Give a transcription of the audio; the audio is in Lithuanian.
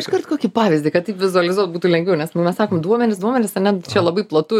iškart kokį pavyzdį kad taip vizualizuot būtų lengviau nes nu mes sakom duomenys duomenys ane čia labai platu